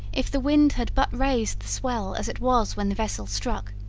if the wind had but raised the swell as it was when the vessel struck,